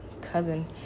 cousin